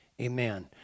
Amen